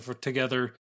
together